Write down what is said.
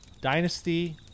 Dynasty